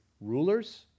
rulers